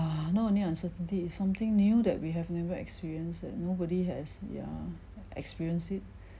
not only uncertainty is something new that we have never experienced that nobody has ya experienced it